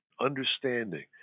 understanding